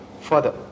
further